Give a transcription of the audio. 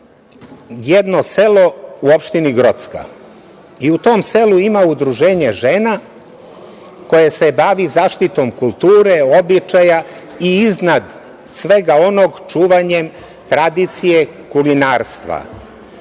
jedno selo u Opštini Gorcka i u tom selu ima Udruženje žena koje se bavi zaštitom kulture, običaja i iznad svega onoga, čuvanja tradicije kulinarstva. To